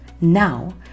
Now